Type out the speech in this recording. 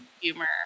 humor